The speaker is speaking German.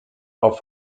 auf